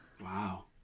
Wow